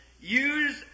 use